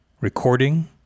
Recording